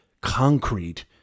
concrete